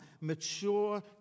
mature